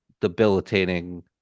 debilitating